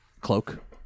cloak